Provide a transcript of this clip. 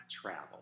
travel